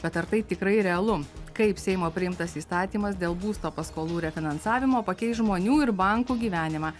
bet ar tai tikrai realu kaip seimo priimtas įstatymas dėl būsto paskolų refinansavimo pakeis žmonių ir bankų gyvenimą